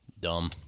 Dumb